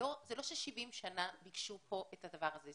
זה לא ש-70 שנה ביקשו פה את הדבר הזה,